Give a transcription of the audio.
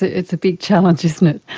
it's a big challenge isn't it.